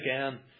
again